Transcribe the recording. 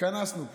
התכנסנו פה,